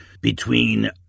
between